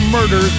Murder